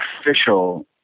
official